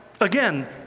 again